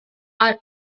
are